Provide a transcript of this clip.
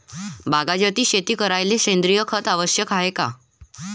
बागायती शेती करायले सेंद्रिय खत आवश्यक हाये का?